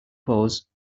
pose